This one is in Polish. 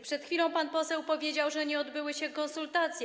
Przed chwilą pan poseł powiedział, że nie odbyły się konsultacje.